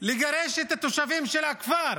לגרש את התושבים של הכפר,